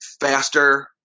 faster